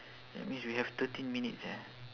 that means we have thirteen minutes eh